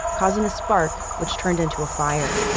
causing a spark which turned into a fire.